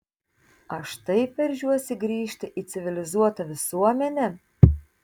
aš taip veržiuosi grįžti į civilizuotą visuomenę